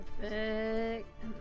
Perfect